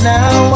Now